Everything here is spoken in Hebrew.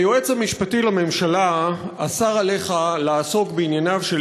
היועץ המשפטי לממשלה אסר עליך לעסוק בענייניו של